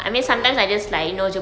for fun lah mm